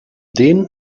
den